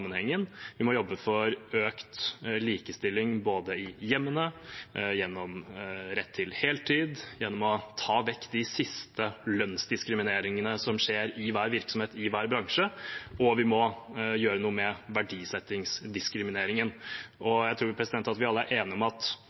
Vi må jobbe for økt likestilling både i hjemmene, gjennom rett til heltid og gjennom å ta vekk de siste lønnsdiskrimineringene som skjer i hver virksomhet, i hver bransje, og vi må gjøre noe med verdisettingsdiskrimineringen. Jeg tror at vi alle er enige om at